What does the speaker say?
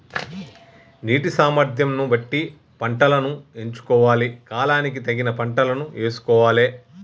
నీటి సామర్థ్యం ను బట్టి పంటలను ఎంచుకోవాలి, కాలానికి తగిన పంటలను యేసుకోవాలె